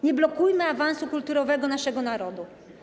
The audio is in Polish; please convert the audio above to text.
Nie blokujmy awansu kulturowego naszego narodu.